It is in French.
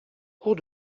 cours